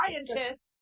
Scientists